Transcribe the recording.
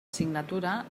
signatura